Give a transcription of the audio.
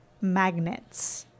magnets